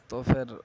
تو پھر